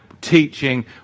teaching